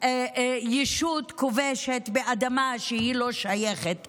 ישות כובשת באדמה שלא שייכת למדינה,